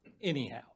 Anyhow